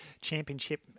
Championship